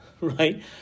right